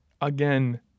again